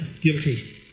guilty